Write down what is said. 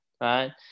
right